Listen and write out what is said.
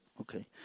Okay